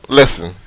listen